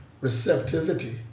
receptivity